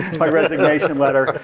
my resignation letter.